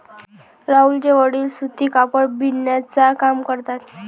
राहुलचे वडील सूती कापड बिनण्याचा काम करतात